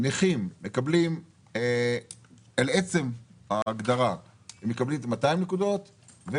נכים מקבלים על עצם ההגדרה 200 נקודות.